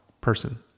person